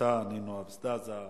נינו אבסדזה,